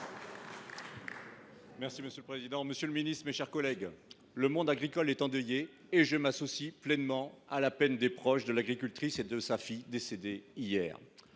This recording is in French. de la souveraineté alimentaire. Monsieur le ministre, mes chers collègues, le monde agricole est endeuillé, et je m’associe pleinement à la peine des proches de l’agricultrice et de sa fille décédées hier.